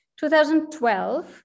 2012